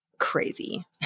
crazy